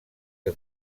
que